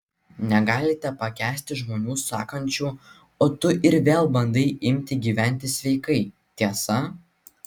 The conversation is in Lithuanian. negalite pakęsti žmonių sakančių o tu ir vėl bandai imti gyventi sveikai tiesa